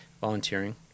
volunteering